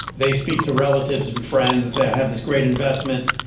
they speak to relatives and friends and say i have this great investment.